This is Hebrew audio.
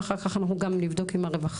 ואחר כך גם נבדוק גם עם הרווחה.